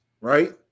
right